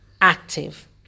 active